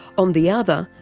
on the other,